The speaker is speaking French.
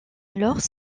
alors